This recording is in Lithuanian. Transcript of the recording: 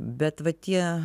bet va tie